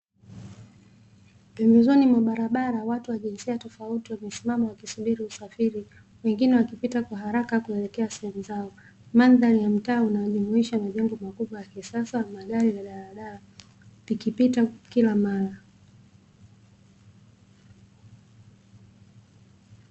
Pembezoni mwa barabara, watu wa jinsia tofauti wamesimama wakisubiri usafiri, wengine wakipita kwa haraka kuelekea sehemu zao, mandhari ya mtaa unaojumuisha majengo makubwa ya kisasa, magari na daladala vikipita kila mara.